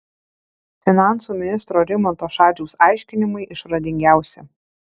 finansų ministro rimanto šadžiaus aiškinimai išradingiausi